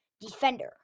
defender